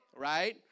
right